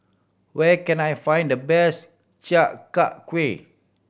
where can I find the best Chi Kak Kuih